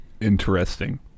Interesting